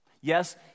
Yes